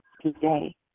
today